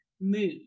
mood